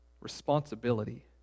responsibility